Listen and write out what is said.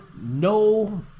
no